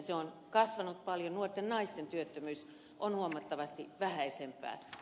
se on kasvanut paljon nuorten naisten työttömyys on huomattavasti vähäisempää